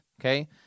Okay